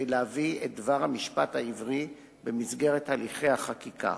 להביא את דבר המשפט העברי במסגרת הליכי החקיקה.